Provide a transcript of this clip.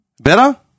Better